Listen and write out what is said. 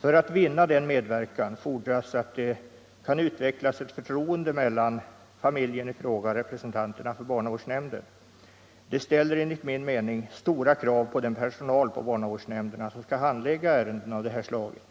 För att vinna denna medverkan fordras att det kan utvecklas ett förtroende mellan familjen i fråga och representanterna för barnavårdsnämnden. Det ställer enligt min mening stora krav på den personal inom barnavårdsnämnderna som skall handlägga ärenden av det här slaget.